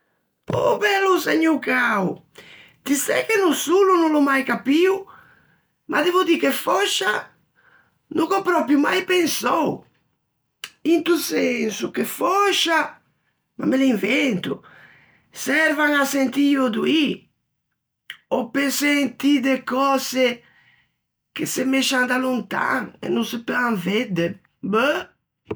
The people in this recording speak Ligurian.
Òh bellin Segnô cao, ti sæ che no solo no l'ò mai capio, ma devo dî che fòscia no gh'ò pròpio mai pensou! Into senso che fòscia, ma me l'invento, servan à sentî i ödoî, ò pe sentî de cöse che se mescian da lontan, e no se peuan vedde. Beuh!